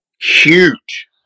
Huge